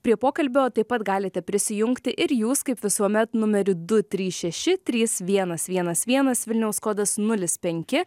prie pokalbio taip pat galite prisijungti ir jūs kaip visuomet numeriu du trys šeši trys vienas vienas vienas vilniaus kodas nulis penki